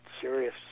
serious